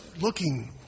looking